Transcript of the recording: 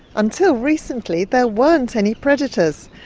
until recently there weren't any predators.